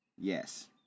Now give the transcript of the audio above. Yes